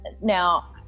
Now